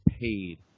paid